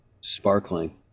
sparkling